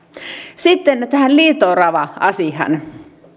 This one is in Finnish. sitten tähän liito orava asiaan